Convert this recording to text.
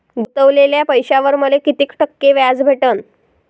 गुतवलेल्या पैशावर मले कितीक टक्के व्याज भेटन?